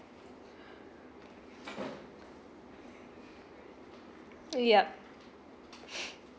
yup